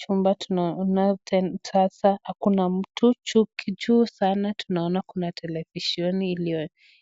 Chumba tunaona sasa hakuna mtu, juu sana tunaona kuna televiseni